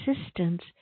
assistance